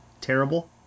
terrible